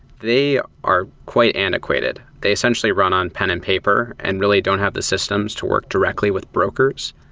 they are quite antiquated. they essentially run on pen and paper and really don't have the systems to work directly with brokers,